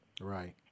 Right